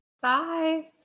Bye